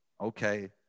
Okay